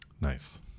Nice